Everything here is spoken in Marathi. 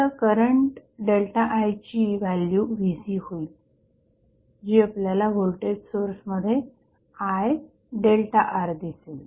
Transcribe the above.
आता करंट ΔI ची व्हॅल्यू Vc होईल जी आपल्याला व्होल्टेज सोर्समध्ये IΔR दिसेल